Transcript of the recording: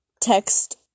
text